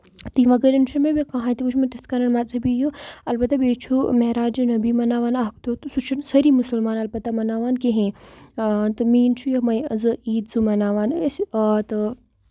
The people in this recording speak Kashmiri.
تَمہِ بغٲر چھُنہٕ مےٚ کٔہینۍ تہِ وُچھمُت تِتھۍ کٔنۍ مَزہبی یہِ اَلبتہ بیٚیہِ چھُ مہراج نبی مَناوان اکھ دۄہ تہٕ سُہ چھنہٕ سأری مَسلمان البتہ مَناوان کِہیںۍ تہٕ مین چھُ یِمے زٕ عیٖد زٕ مَناوان أسۍ آ تہٕ